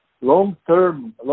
long-term